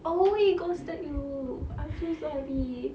oh wait he ghosted you I'm so sorry